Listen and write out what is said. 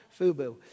Fubu